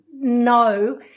no